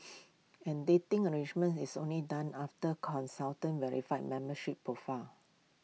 and dating arrangement is only done after consultant verifies membership profile